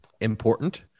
important